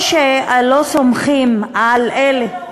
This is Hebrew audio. או שלא סומכים על אלה,